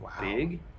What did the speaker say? big